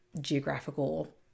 geographical